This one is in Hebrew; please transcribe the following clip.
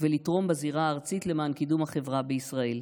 ולתרום בזירה הארצית למען קידום החברה בישראל.